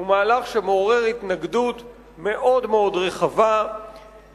זה מהלך שמעורר התנגדות רחבה